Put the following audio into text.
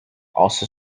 also